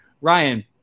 Ryan